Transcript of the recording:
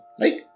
right